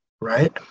right